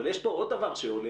אבל יש פה עוד דבר שעולה,